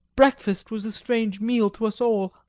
breakfast was a strange meal to us all.